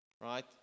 Right